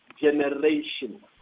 generation